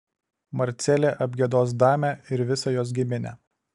marcelė apgiedos damę ir visą jos giminę